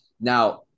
Now